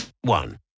one